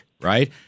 right